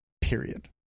period